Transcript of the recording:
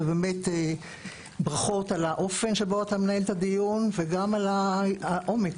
ובאמת ברכות על האופן שבו אתה מנהל את הדיון וגם על העומק,